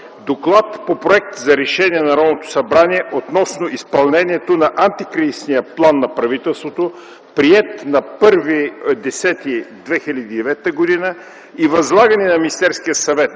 относно Проект за решение на Народното събрание относно изпълнението на Антикризисния план на правителството, приет на 1.10.2009 г., и възлагане на Министерския съвет